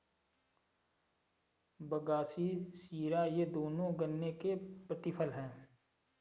बगासी शीरा ये दोनों गन्ने के प्रतिफल हैं